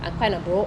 I kind of broke